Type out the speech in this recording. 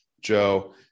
Joe